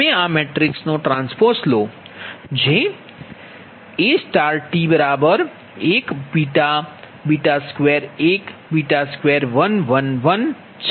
તમે આ મેટ્રિક્સનો ટ્રાન્સપોઝ લો જેAT1 2 1 2 1 1 1